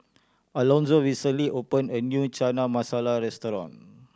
Alonzo recently opened a new Chana Masala Restaurant